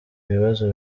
ibibazo